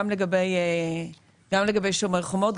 גם לגבי שומר חומות,